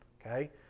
okay